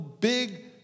big